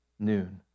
Noon